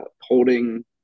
holding